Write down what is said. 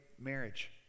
marriage